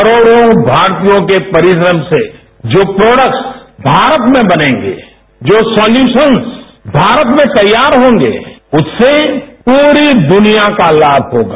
करोड़ों भारतीयों के परिश्रम से जो प्रोडक्ट्स भारत में बनेंगे जो सॉल्यूशन्स भारत में तैयार होंगे उससे पूरी दुनिया का लाभ होगा